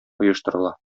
оештырыла